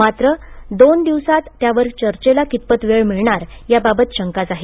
मात्र दोन दिवसात त्यावर चर्चेला कितपत वेळ मिळणार त्याबाबत शंकाच आहे